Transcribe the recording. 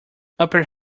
upper